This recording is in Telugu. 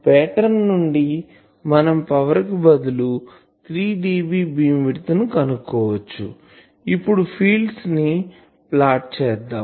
పాటర్న్ నుండి మనం పవర్ కి బదులు 3dB బీమ్ విడ్త్ ని కనుక్కోవచ్చుఇప్పుడు ఫీల్డ్ ని ప్లాట్ చేద్దాం